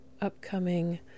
upcoming